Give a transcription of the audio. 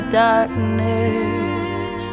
darkness